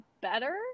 better